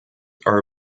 are